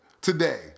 today